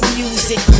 music